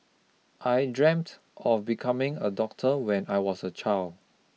I dreamt of becoming a doctor when I was a child